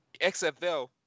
XFL